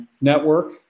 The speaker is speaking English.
network